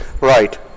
Right